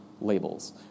labels